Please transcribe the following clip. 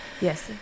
Yes